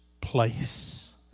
place